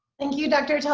thank you, dr.